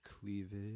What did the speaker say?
cleavage